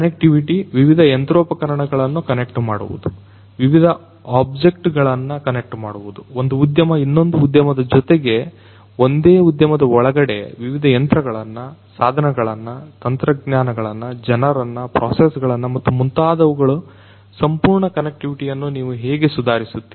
connectivity ವಿವಿಧ ಯಂತ್ರೋಪಕರಣಗಳನ್ನ connect ಮಾಡುವುದು ವಿವಿಧ ಆಬ್ಜೆಕ್ಟ್ಗಳನ್ನ ಕನೆಕ್ಟ್ ಮಾಡುವುದು ಒಂದು ಉದ್ಯಮ ಇನ್ನೊಂದು ಉದ್ಯಮದ ಜೊತೆಗೆ ಒಂದೇ ಉದ್ಯಮದ ಒಳಗಡೆ ವಿವಿಧ ಯಂತ್ರಗಳನ್ನ ಸಾದನಗಳನ್ನ ತಂತ್ರಜ್ಞಾನಗಳನ್ನ ಜನರನ್ನ ಪ್ರೊಸೆಸ್ಗಳನ್ನ ಮತ್ತು ಮುಂತಾದವುಗಳು ಸಂಪೂರ್ಣ ಕನೆಕ್ಟಿವಿಟಿಯನ್ನು ನೀವು ಹೇಗೆ ಸುಧಾರಿಸುತ್ತೀರಿ